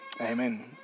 amen